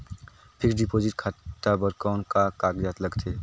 Fixed deposit खाता बर कौन का कागजात लगथे?